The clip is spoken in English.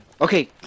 Okay